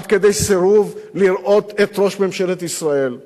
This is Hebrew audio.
עד כדי סירוב לראות את ראש ממשלת ישראל.